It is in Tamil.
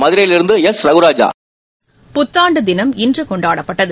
மதுரையிலிருந்து எஸ் ரகுராஜா புத்தாண்டு தினம் இன்று கொண்டாடப்பட்டது